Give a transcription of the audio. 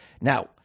Now